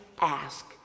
ask